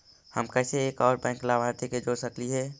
हम कैसे एक और बैंक लाभार्थी के जोड़ सकली हे?